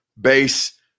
base